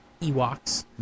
Ewoks